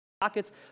pockets